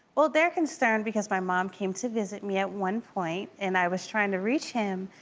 well they're concerned because my mom came to visit me at one point, and i was trying to reach him.